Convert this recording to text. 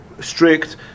strict